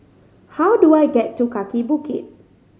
how do I get to Kaki Bukit